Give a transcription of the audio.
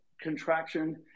contraction